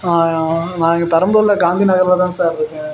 நான் இங்கே பெரம்பூரில் காந்தி நகரில் தான் சார் இருக்கேன்